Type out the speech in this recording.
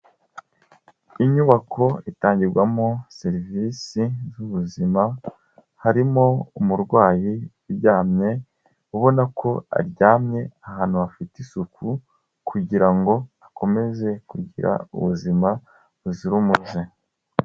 Inyubako itangirwamo serivisi z'ubuzima, harimo umurwayi uryamye, ubona ko aryamye ahantu hafite isuku kugira ngo akomeze kugira ubuzima buzira umuze.